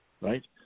right